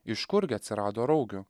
iš kurgi atsirado raugių